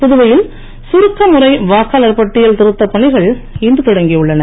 புதுவையில் சுருக்க முறை வாக்காளர் பட்டியல் திருத்தப் பணிகள் இன்று தொடங்கி உள்ளன